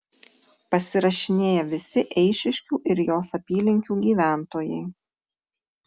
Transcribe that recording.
pasirašinėja visi eišiškių ir jos apylinkių gyventojai